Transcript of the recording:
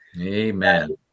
Amen